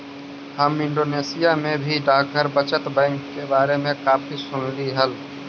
हम इंडोनेशिया में भी डाकघर बचत बैंक के बारे में काफी सुनली हल